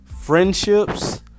friendships